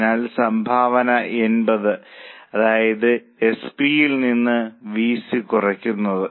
അതിനാൽ സംഭാവന 80 അതായത് എസ് പി യിൽ നിന്ന് വി സി കുറയ്ക്കുന്നത്